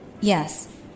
Yes